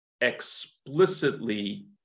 explicitly